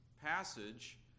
passage